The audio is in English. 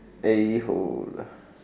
A hole